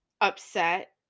upset